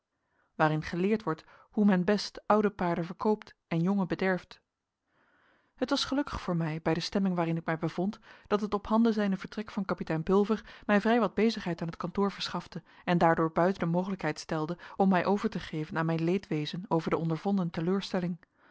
waarin geleerd wordt hoe men best oude paarden verkoopt en jonge bederft het was gelukkig voor mij bij de stemming waarin ik mij bevond dat het ophanden zijnde vertrek van kapitein pulver mij vrij wat bezigheid aan t kantoor verschafte en daardoor buiten de mogelijkheid stelde om mij over te geven aan mijn leedwezen over de ondervonden teleurstelling